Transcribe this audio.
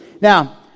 Now